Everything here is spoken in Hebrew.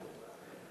ושמאלה.